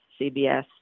CBS